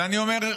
ואני אומר,